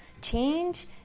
change